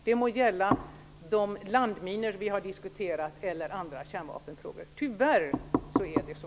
Det må gälla de landminor vi här har diskuterat eller kärnvapenfrågor. Det är tyvärr så.